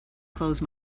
close